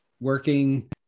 working